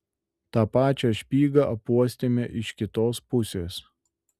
tą pačią špygą apuostėme iš kitos pusės